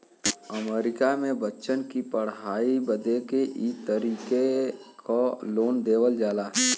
अमरीका मे बच्चन की पढ़ाई बदे ई तरीके क लोन देवल जाला